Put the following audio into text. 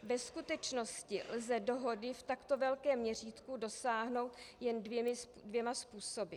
Ve skutečnosti lze dohody v takto velkém měřítku dosáhnout jen dvěma způsoby.